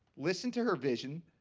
listen to her vision.